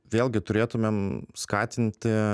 vėlgi turėtumėm skatinti